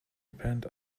repent